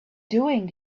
doing